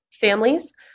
families